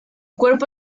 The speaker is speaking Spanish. cuerpo